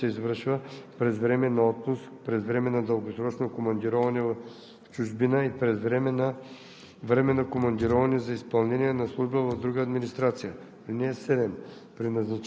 присъденият ранг по Закона за държавния служител. (6) Преобразуването по ал. 1 се извършва през време на отпуск, през време на дългосрочно командироване в чужбина и през време на